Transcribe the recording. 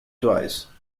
twice